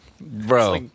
bro